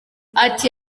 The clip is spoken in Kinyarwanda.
ati